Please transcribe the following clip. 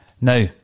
Now